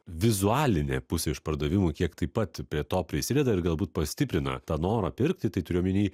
vizualinė pusė išpardavimų kiek taip pat prie to prisideda ir galbūt pastiprina tą norą pirkti tai turiu omeny